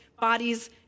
bodies